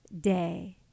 day